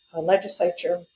legislature